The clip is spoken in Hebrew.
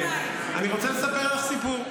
מיכאלי, אני רוצה לספר לך סיפור.